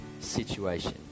situation